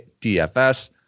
DFS